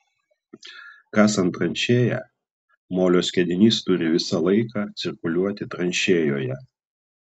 kasant tranšėją molio skiedinys turi visą laiką cirkuliuoti tranšėjoje